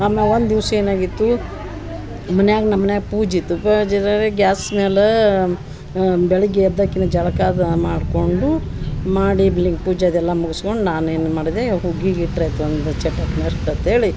ಅಮ್ಮ ಒಂದಿವ್ಸ ಏನಾಗಿತ್ತು ಮನ್ಯಾಗ ನಮ್ಮ ಮನ್ಯಾಗ ಪೂಜ ಇತ್ತು ಪೂಜ ಇದ್ದಾಗ ಗ್ಯಾಸ್ ಮೇಲಾ ಬೆಳಗ್ಗೆ ಎದ್ದಾಕಿನ ಜಳಕ ಅದ ಮಾಡ್ಕೊಂಡು ಮಾಡಿ ಬೆಳಗ್ಗೆ ಪೂಜದೆಲ್ಲ ಮುಗುಸ್ಕೊಂಡು ನಾನೇನು ಮಾಡ್ದೇ ಹುಗ್ಗಿಗೆ ಇಟ್ರ ಆಯಿತು ಒಂದು ಚಟಕ್ನರ್ ಅಂತೇಳಿ